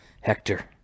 Hector